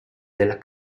della